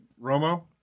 Romo